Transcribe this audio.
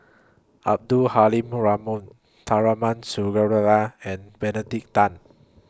Abdul Halim Tharman and Benedict Tan